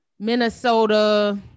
Minnesota